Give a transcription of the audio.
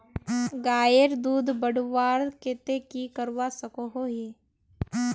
गायेर दूध बढ़वार केते की करवा सकोहो ही?